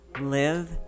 live